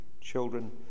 children